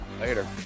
Later